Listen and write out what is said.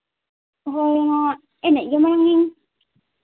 ᱦᱳᱭ ᱚᱱᱟ ᱮᱱᱮᱡ ᱜᱮ